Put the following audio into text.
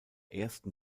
ersten